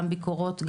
ביקורות,